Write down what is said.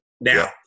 Now